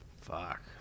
Fuck